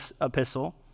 epistle